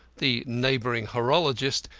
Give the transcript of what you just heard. the neighbouring horologist,